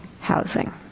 housing